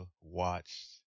watched